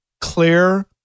Clear